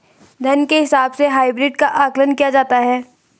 धन के हिसाब से हाइब्रिड का आकलन किया जाता है